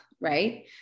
right